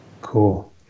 Cool